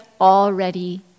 already